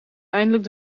eindelijk